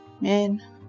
Man